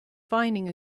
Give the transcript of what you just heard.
finding